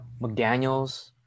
McDaniels